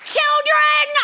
Children